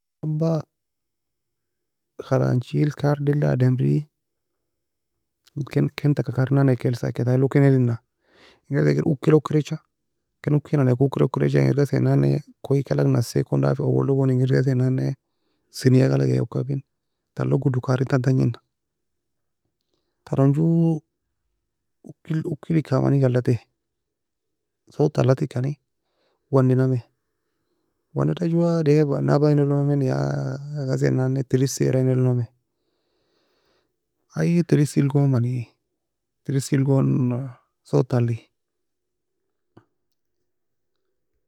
Nabba khalanchi kardi elia ademri, ken ken taka karyenan ekelsa, eka ta eno ken elina, ghase kir uki la okerecha ken ukiena weako, ken ukaena uki la okerecha engir ghasae nanne koye ka alag eka naseai kon dafi awal log ghasae nannae seinya galag e oka fe, talog goudo karyen tan tange nan. Taron joo ukil uki la eka many ga alitae sotta alatikani wandinamie wandeda jua dehab nabba elnamie ya ghasae nan treseara in elnamai ay tresil gon manye tresil gon sotta alie.